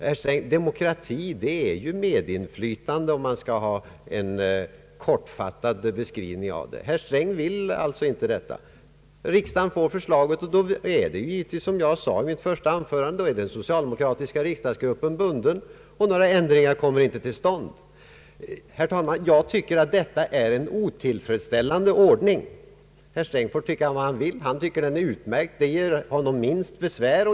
Herr Sträng, demokrati är ju medinflytande, om man skall ge en kortfattad beskrivning. Herr Sträng vill alltså inte detta. Riksdagen får förslaget, och då är det givetvis så som jag sade i mitt första anförande: den socialdemokratiska riksdagsgruppen är bunden, och några ändringar kommer inte till stånd. Herr talman! Jag tycker att detta är en otillfredsställande ordning. Herr Sträng får tycka vad han vill, han tycker den är utmärkt, den ger honom minst besvär.